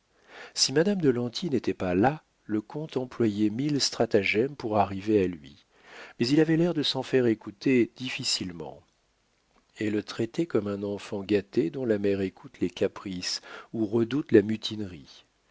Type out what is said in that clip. si madame de lanty n'était pas là le comte employait mille stratagèmes pour arriver à lui mais il avait l'air de s'en faire écouter difficilement et le traitait comme un enfant gâté dont la mère écoute les caprices ou redoute la mutinerie